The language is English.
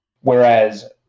Whereas